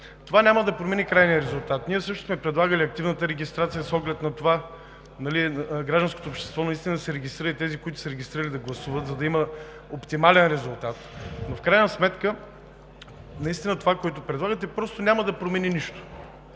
Това няма да промени крайния резултат. Ние също сме предлагали активната регистрация с оглед на това гражданското общество да се регистрира и тези, които са се регистрирали, да гласуват, за да има оптимален резултат, но в крайна сметка това, което предлагате, просто няма да промени нищо.